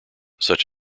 such